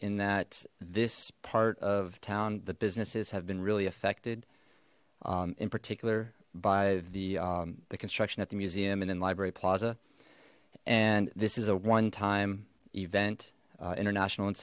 in that this part of town the businesses have been really affected in particular by the construction at the museum and in library plaza and this is a one time event international and